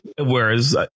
whereas